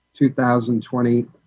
2020